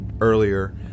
earlier